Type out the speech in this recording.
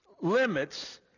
limits